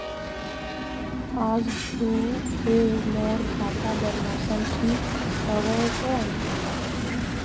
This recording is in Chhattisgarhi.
आज धूप हे मोर भांटा बार मौसम ठीक हवय कौन?